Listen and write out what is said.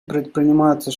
предпринимаются